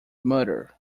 murder